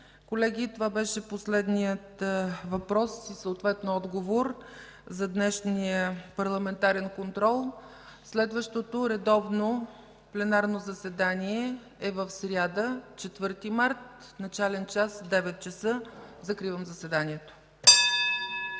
Колеги, това беше последният въпрос и съответно отговор за днешния парламентарен контрол. Следващото редовно пленарно заседание е в сряда – 4 март 2015 г., с начален час 9,00 ч. Закривам заседанието.